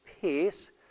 peace